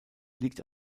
liegt